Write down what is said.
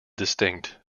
distinct